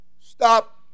stop